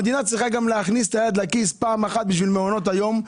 המדינה צריכה גם להכניס את היד לכיס פעם אחת בשביל מעונות היום,